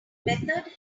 method